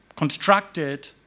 constructed